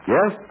Yes